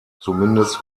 zumindest